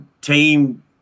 Team